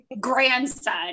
grandson